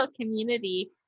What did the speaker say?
community